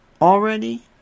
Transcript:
already